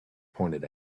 pointed